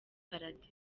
paradizo